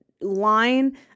line